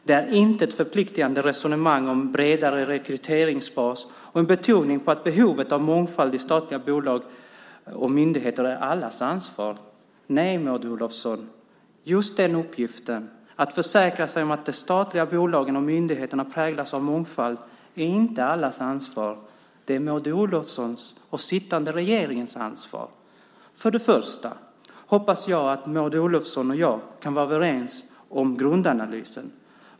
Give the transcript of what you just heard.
Det är till intet förpliktande resonemang om bredare rekryteringsbas och en betoning på att behovet av mångfald i statliga bolag och myndigheter är allas ansvar. Nej, Maud Olofsson, just den uppgiften, att försäkra sig om att de statliga bolagen och myndigheterna präglas av mångfald är inte allas ansvar. Det är Maud Olofssons och den sittande regeringens ansvar. För det första hoppas jag att Maud Olofsson och jag kan vara överens om grundanalysen.